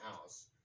house